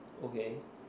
okay